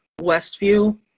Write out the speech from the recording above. Westview